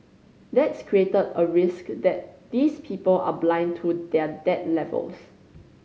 that's created a risk that these people are blind to their debt levels